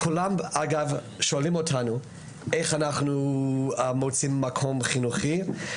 כולם שואלים אותנו איך הם מוצאים מקום חינוך.